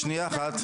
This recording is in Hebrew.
שנייה אחת.